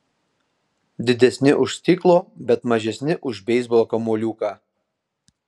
didesni už stiklo bet mažesni už beisbolo kamuoliuką